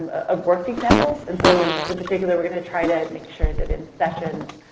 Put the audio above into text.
um, ah worked examples. and so in particular, we're going to try to make sure that in sessions,